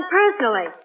personally